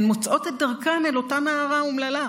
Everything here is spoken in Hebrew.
הן מוצאות את דרכן אל אותה נערה אומללה.